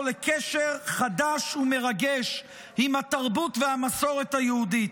לקשר חדש ומרגש עם התרבות והמסורת היהודית.